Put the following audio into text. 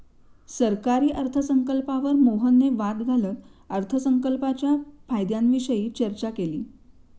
सरकारी अर्थसंकल्पावर मोहनने वाद घालत अर्थसंकल्पाच्या फायद्यांविषयी चर्चा केली